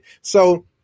So-